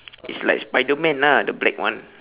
it's like spiderman lah the black one